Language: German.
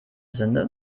sünde